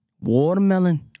Watermelon